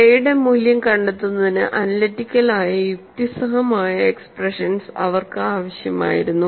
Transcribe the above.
K യുടെ മൂല്യം കണ്ടെത്തുന്നതിന് അനാലിറ്റിക്കൽ ആയ യുക്തിസഹമായ എക്സ്പ്രഷൻസ് അവർക്ക് ആവശ്യമായിരുന്നു